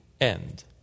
end